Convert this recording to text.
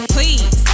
Please